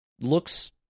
looks